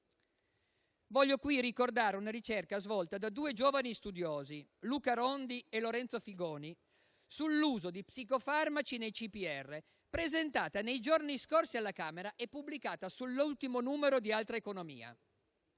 Voglio qui ricordare una ricerca svolta da due giovani studiosi, Luca Rondi e Lorenzo Figoni, sull'uso di psicofarmaci nei CPR, presentata nei giorni scorsi alla Camera e pubblicata sull'ultimo numero di «Altreconomia».